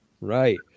right